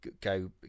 go